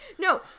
No